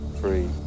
free